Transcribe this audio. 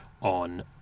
on